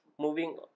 moving